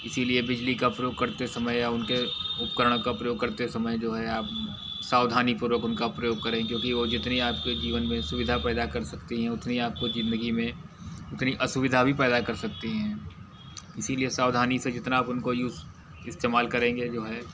इसलिए बिजली का प्रयोग करते समय या उनके उपकरण का प्रयोग करते समय जो है आप सावधानीपूर्वक उनका प्रयोग करें क्योंकि वह आपके जितनी में सुविधा पैदा कर सकती है उतनी आपको ज़िन्दगी में इतनी असुविधा भी पैदा कर सकते हैं इसलिए सावधानी से जितना आप उनको यूज़ इस्तेमाल करेंगे जो है